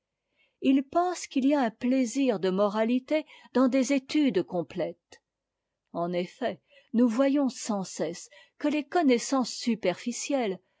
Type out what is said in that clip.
il pense qu'il y a un plaisir de moralité dans des études complètes en effet nous voyons sans cesse que les connaissances